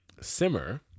Simmer